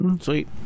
Sweet